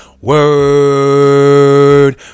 Word